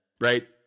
right